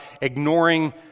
ignoring